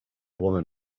woman